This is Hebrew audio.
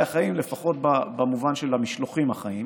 החיים לפחות במובן של המשלוחים החיים.